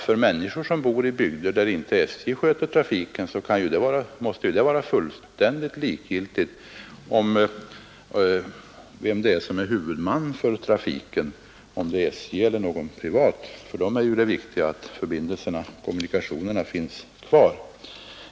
För människor som bor i bygder där trafikunderlaget är dåligt måste det vara fullständigt likgiltigt vem som är huvudman för trafiken, om det är SJ eller något privat företag. För de människorna är det viktiga att kommunikationerna finns kvar.